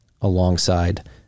alongside